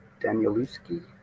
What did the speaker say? Danieluski